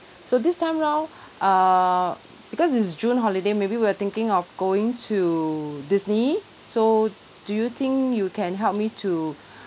so this time round err because it's june holiday maybe we're thinking of going to disney so do you think you can help me to